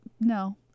No